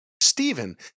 Stephen